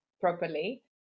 properly